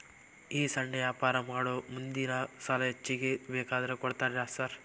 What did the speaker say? ಈ ಸಣ್ಣ ವ್ಯಾಪಾರ ಮಾಡೋ ಮಂದಿಗೆ ಸಾಲ ಹೆಚ್ಚಿಗಿ ಬೇಕಂದ್ರ ಕೊಡ್ತೇರಾ ಸಾರ್?